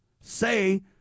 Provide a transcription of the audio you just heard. say